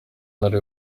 ntara